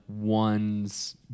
one's